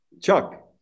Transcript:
Chuck